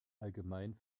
allgemein